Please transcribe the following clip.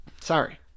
Sorry